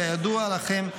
כידוע לכם,